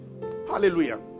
Hallelujah